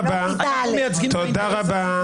אתם מייצגים את האינטרס הציבורי --- תודה רבה.